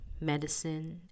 medicine